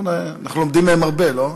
אנחנו לומדים מהם הרבה, לא?